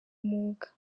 umwuga